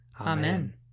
Amen